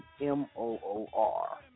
M-O-O-R